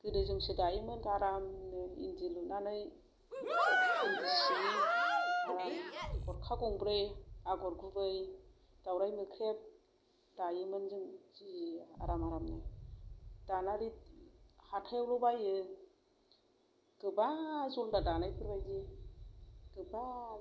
गोदो जोंसो दायोमोन आरामनो इन्दि लुनानै इन्दि सिनि आराम गरखा गंब्रै आगर गुबै दाउराइ मोख्रेब दायोमोन जों जि आराम आरामनो दाना हाथायावल' बायो गोबा जल्दा दानायफोरबायदि गोबा गोबा